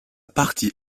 partie